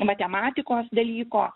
matematikos dalyko